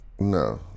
No